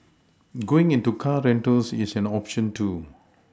going into car rentals is an option too